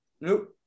Nope